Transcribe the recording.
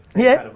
yeah.